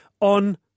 on